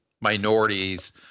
minorities